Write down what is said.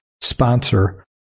sponsor